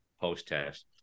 post-test